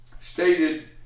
stated